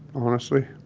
honestly?